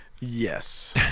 yes